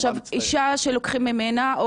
אבל אישה שלוקחים ממנה,